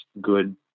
good